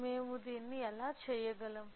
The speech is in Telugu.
మేము దీన్ని ఎలా చేయగలం